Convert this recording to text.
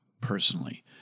personally